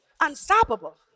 unstoppable